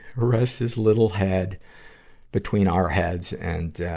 rests his little head between our heads. and,